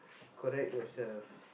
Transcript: correct yourself